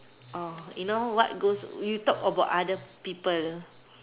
oh you know what goes you talk about other people